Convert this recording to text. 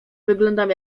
wyglądam